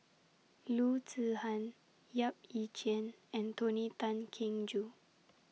Loo Zihan Yap Ee Chian and Tony Tan Keng Joo